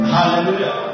Hallelujah